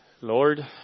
Lord